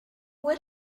would